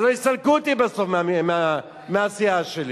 הלוא יסלקו אותי בסוף מהסיעה שלי.